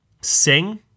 Sing